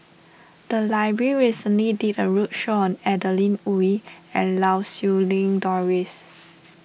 the library recently did a roadshow on Adeline Ooi and Lau Siew Lang Doris